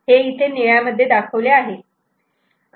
इथे हे निळा मध्ये दाखवले आहे